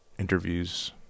Interviews